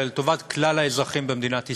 אלא לטובת כלל האזרחים במדינת ישראל.